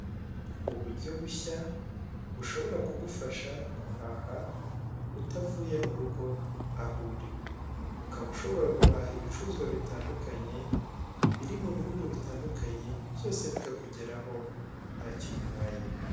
Uburyo bushya bushobora kugufatanya guhaha ,utavuye murugo aho uri, ukaba ushobora guhaha ibicuruzwa bitandukanye biri mubihugu bitandukanye, byose bikakugeraho ntacyo bibaye.